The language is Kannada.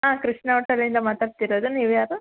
ಹಾಂ ಕೃಷ್ಣ ಓಟಲಿಂದ ಮಾತಾಡ್ತಿರೋದು ನೀವು ಯಾರು